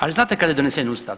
Ali znate kad je donesen ustav?